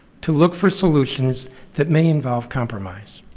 to look for solutions that may involve compromise.